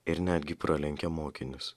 ir netgi pralenkė mokinius